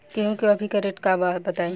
गेहूं के अभी का रेट बा बताई?